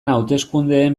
hauteskundeen